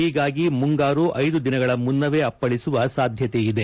ಹೀಗಾಗಿ ಮುಂಗಾರು ಐದು ದಿನಗಳ ಮುನ್ನವೇ ಅಪ್ಲಳಿಸುವ ಸಾಧ್ಯತೆ ಇದೆ